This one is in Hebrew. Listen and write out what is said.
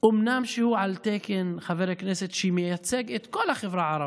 הוא אומנם על תקן חבר כנסת שמייצג את כל החברה הערבית,